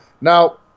Now